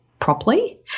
properly